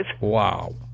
Wow